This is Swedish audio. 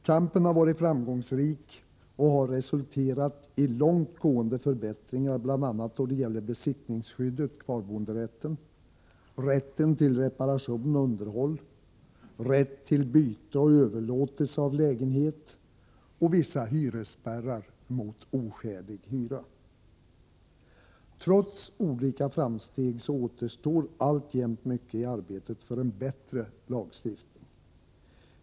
Kampen har varit framgångsrik och har resulterat i långt gående förbättringar bl.a. då det gäller besittningsskyddet/kvarboenderätten, rätten till reparation och underhåll, rätt till byte och överlåtelse av lägenhet och vissa hyresspärrar mot oskälig hyra. Trots olika framsteg återstår alltjämt mycket i arbetet för en bättre lagstiftning.